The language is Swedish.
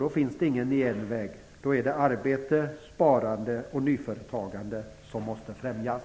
Då finns ingen genväg. Då är det arbete, sparande och nyföretagande som måste främjas.